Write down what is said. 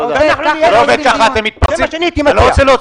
זה מה שאני הייתי מציע.